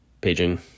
paging